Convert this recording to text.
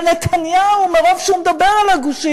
אבל נתניהו, מרוב שהוא מדבר על הגושים,